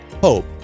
hope